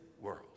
world